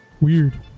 Weird